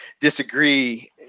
disagree –